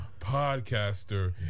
podcaster